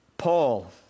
Paul